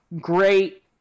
Great